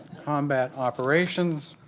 combat operations